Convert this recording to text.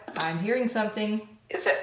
i'm hearing something is it,